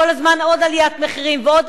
כל הזמן עוד עליית מחירים ועוד.